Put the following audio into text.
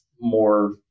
more